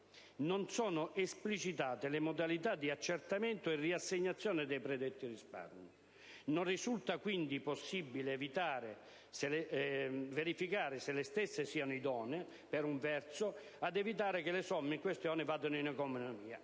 «non sono esplicitate le modalità di accertamento e riassegnazione dei predetti risparmi: non risulta quindi possibile verificare se le stesse siano idonee, per un verso, ad evitare che le somme in questione vadano in economia